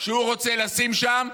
שהוא רוצה לשים שם,